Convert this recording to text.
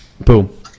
Boom